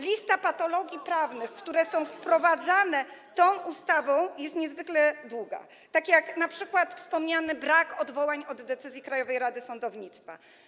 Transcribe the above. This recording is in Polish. Lista patologii prawnych, które są wprowadzane tą ustawą, jest niezwykle długa, tak jak np. wspomniany brak odwołań od decyzji Krajowej Rady Sądownictwa.